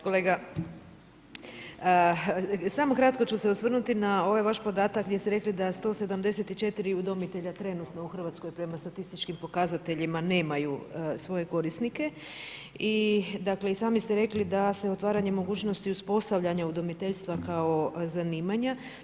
Kolega, samo kratko ću se osvrnuti na ovaj vaš podatak gdje ste rekli da 174 udomitelja trenutno u Hrvatskoj prema statističkim pokazateljima nemaju svoje korisnike i dakle i sami ste rekli da se otvaranjem mogućnosti uspostavljanje udomiteljstva kao zanimanja.